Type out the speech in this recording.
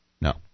No